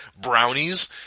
brownies